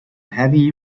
heavy